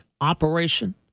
operation